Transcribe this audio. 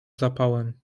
zapałem